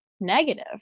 negative